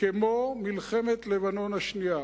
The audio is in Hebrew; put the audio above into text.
כמו מלחמת לבנון השנייה.